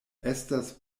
estas